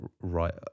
right